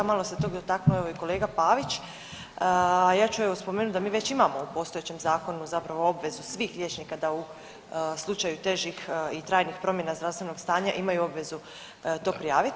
Malo se tog dotaknuo evo i kolega Pavić, a ja ću evo spomenuti da mi već imamo u postojećem zakonu zapravo obvezu svih liječnika da u slučaju težih i trajnih promjena zdravstvenog stanja imaju obvezu to prijaviti.